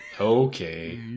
Okay